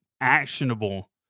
actionable